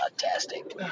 Fantastic